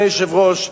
אדוני היושב-ראש,